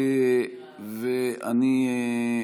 אני,